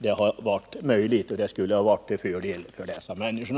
Det hade varit möjligt och hade varit till fördel för dessa människor.